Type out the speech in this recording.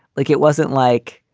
like it wasn't like.